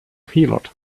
heelot